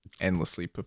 endlessly